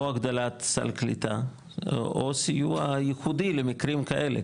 הגדלת סל קליטה, או סיוע ייחודי למקרים כאלה.